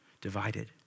divided